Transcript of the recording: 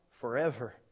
Forever